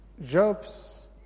Jobs